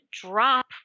drop